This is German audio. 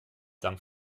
dank